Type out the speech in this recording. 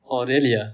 oh really ah